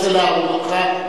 אני רוצה להרוג אותך,